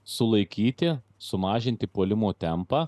sulaikyti sumažinti puolimo tempą